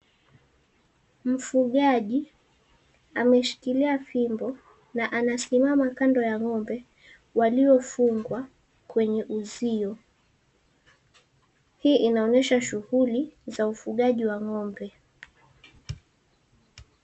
Mfugaji ameshikilia fimbo na anasimama kando ya ng'ombe waliofungwa kwenye uzio. Hii inaonyesha shughuli za ufugaji wa ng'ombe.